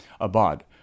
Abad